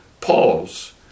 pause